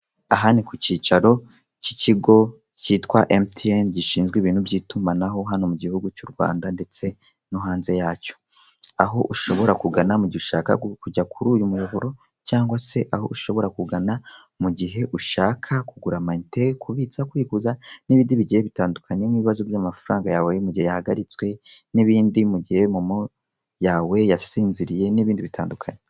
Aha ni ku cyicaro k'ikigo kitwa emutiyene gishinzwe ibintu by'itumanaho hano mu gihugu cy'u Rwanda, ndetse no hanze yacyo aho ushobora kugana mu gihe ushaka kujya kuri uyu muyoboro cyangwa se aho ushobora kugana mu gihe ushaka kugura amayinite kubitsa, kubikuza n'ibindi bigiye bitandukanye nk'ibibazo by'amafaranga yawe mu gihe yahagaritswe n'ibindi mu gihe momo yawe yasinziriye n'ibindi bitandukanye.